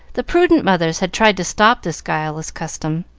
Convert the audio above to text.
the prudent mothers had tried to stop this guileless custom,